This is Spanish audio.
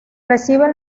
recibe